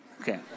Okay